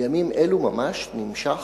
בימים אלה ממש נמשך,